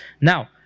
Now